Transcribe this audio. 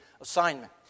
assignment